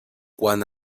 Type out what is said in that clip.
quan